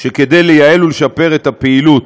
שכדי לייעל ולשפר את הפעילות